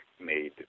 made